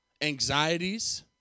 anxieties